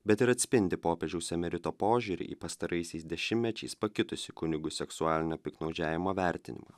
bet ir atspindi popiežiaus emerito požiūrį į pastaraisiais dešimtmečiais pakitusį kunigų seksualinio piktnaudžiavimo vertinimą